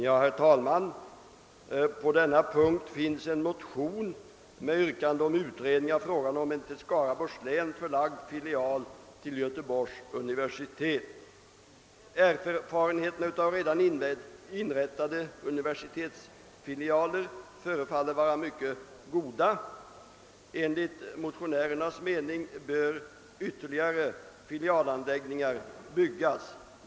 Herr talman! På denna punkt finns ett motionspar med yrkande om utredning av frågan om en till Skaraborgs län förlagd filial till Göteborgs universitet. Erfarenheterna av redan inrättade universitetsfilialer förefaller att vara mycket goda. Enligt motionärernas mening bör ytterligare filialanläggningar byggas.